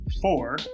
four